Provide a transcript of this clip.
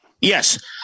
Yes